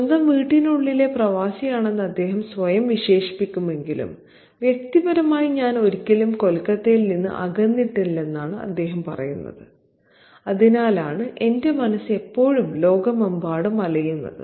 സ്വന്തം വീടിനുള്ളിലെ പ്രവാസിയാണെന്ന് അദ്ദേഹം സ്വയം വിശേഷിപ്പിക്കുമെങ്കിലും വ്യക്തിപരമായി ഞാൻ ഒരിക്കലും കൊൽക്കത്തയിൽ നിന്ന് അകന്നിട്ടില്ലെന്ന് അദ്ദേഹം പറയുന്നു അതിനാലാണ് എന്റെ മനസ്സ് എപ്പോഴും ലോകമെമ്പാടും അലയുന്നത്